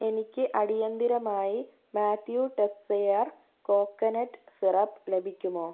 എനിക്ക് അടിയന്തിരമായി മാത്യൂ ടെസ്സെയർ കോക്കനട്ട് സിറപ്പ് ലഭിക്കുമോ